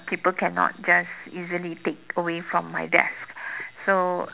people cannot just easily take away from my desk so